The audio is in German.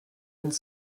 and